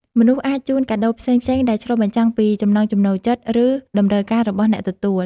មនុស្សអាចជូនកាដូផ្សេងៗដែលឆ្លុះបញ្ចាំងពីចំណង់ចំណូលចិត្ត ឬតម្រូវការរបស់អ្នកទទួល។